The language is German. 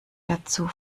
dazu